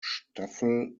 staffel